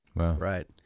right